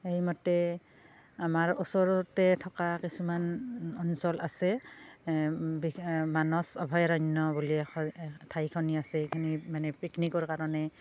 এইমতে আমাৰ ওচৰতে থকা কিছুমান অঞ্চল আছে মানস অভয়াৰণ্য বুলি এখন ঠাইখনি আছে আমি মানে পিকনিকৰ কাৰণে